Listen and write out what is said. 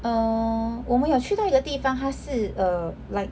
err 我们有要去到一个地方他是 err like